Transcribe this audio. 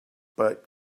but